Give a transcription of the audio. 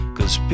Cause